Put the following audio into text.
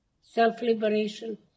self-liberation